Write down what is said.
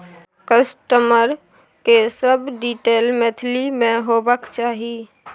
customer के सब detail Maithili में होबाक चाही